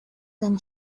than